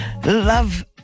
Love